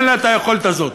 אין לה היכולת הזאת.